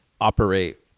operate